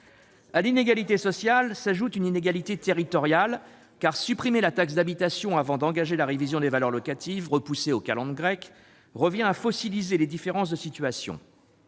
À l'inégalité sociale s'ajoute une égalité territoriale, car supprimer la taxe d'habitation avant d'engager la révision des valeurs locatives, repoussée aux calendes grecques, revient à fossiliser les différences de situation.